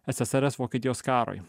eseseres vokietijos karui